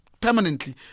permanently